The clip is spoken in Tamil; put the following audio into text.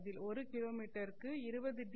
அதில் ஒரு கிலோமீட்டருக்கு 20 டி